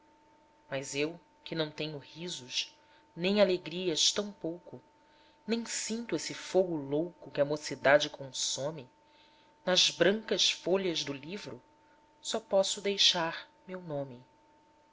mas eu que não tenho risos nem alegrias tão pouco nem sinto esse fogo louco que a mocidade consome nas brancas folhas do livro só posso deixar meu nome